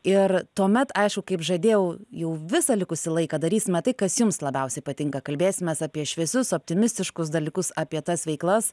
ir tuomet aišku kaip žadėjau jau visą likusį laiką darysime tai kas jums labiausiai patinka kalbėsimės apie šviesius optimistiškus dalykus apie tas veiklas